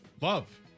Love